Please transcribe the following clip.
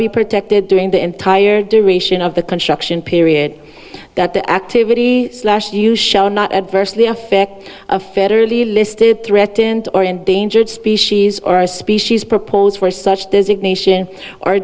be protected during the entire duration of the construction period that the activity slash you shall not adversely affect a federally listed threatened or endangered species or a species proposed for such does ignition or